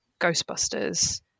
Ghostbusters